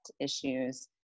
issues